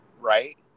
right